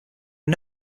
are